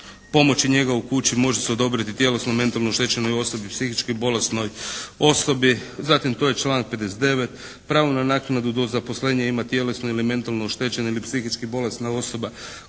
"Pomoć i njega u kući može se odobriti tjelesno, mentalno oštećenoj osobi, psihički bolesnoj osobi." Zatim tu je članak 59.: "Pravo na naknadu do zaposlenja ima tjelesno ili mentalno oštećena ili psihički bolesna osoba